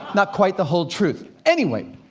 not quite the whole truth. anyway.